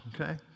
okay